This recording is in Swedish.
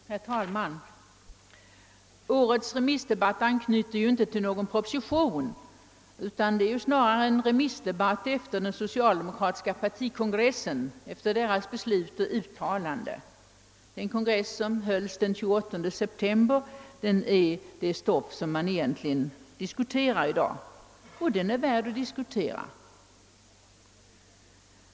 Herr talman! Årets remissdebatt anknyter inte till någon proposition, utan det är snarare en remissdebatt som avhandlar beslut och uttalanden vid den socialdemokratiska partikongressen. Denna kongress, som började den 28 september, är vad man diskuterar i dag, och den är värd att diskutera.